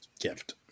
gift